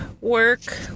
work